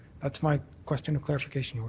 that's my question of clarification, your